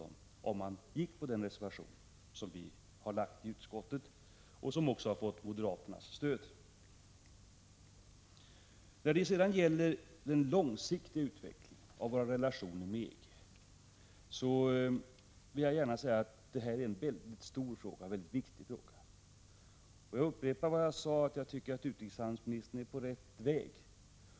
Det hade den fått om majoriteten i utskottet anslutit sig till det förslag som vi har lagt fram och som fått moderaternas stöd. Den långsiktiga utvecklingen av våra relationer med EG är en mycket viktig fråga. Jag upprepar att jag tycker att utrikeshandelsministern är på rätt väg.